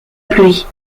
pluie